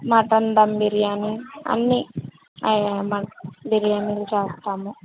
mutton dum biryani అన్ని బిర్యానీలు చేస్తాము